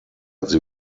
sie